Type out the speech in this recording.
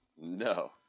No